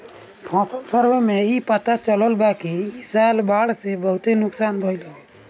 फसल सर्वे से इ पता चलल बाकि इ साल बाढ़ से बहुते नुकसान भइल हवे